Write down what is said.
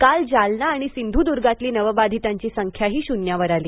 काल जालना आणि सिंधुद्गातली नवबाधितांची संख्याही शून्यावर आली